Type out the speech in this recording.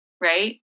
right